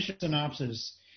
synopsis